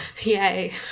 Yay